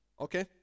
Okay